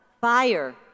fire